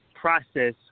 process